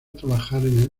trabajar